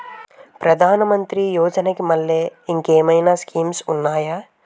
ప్రధాన మంత్రి యోజన కి మల్లె ఇంకేమైనా స్కీమ్స్ ఉన్నాయా?